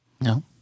No